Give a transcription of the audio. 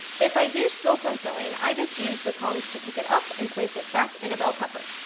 if i do spill some filling, i just use the tongs to pick it up and place it back in a bell pepper.